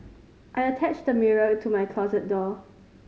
I attached a mirror to my closet door